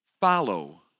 follow